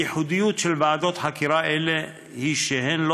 הייחודיות של ועדות חקירה אלו היא שהן לא